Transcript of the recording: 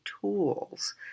tools